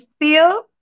feel